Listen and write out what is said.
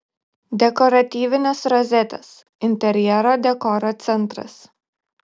dekoratyvinės rozetės interjero dekoro centras